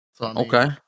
Okay